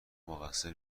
مقصر